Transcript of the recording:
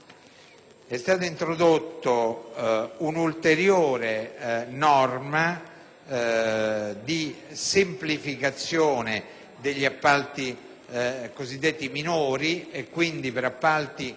È stata introdotta un'ulteriore norma di semplificazione degli appalti cosiddetti minori; pertanto per appalti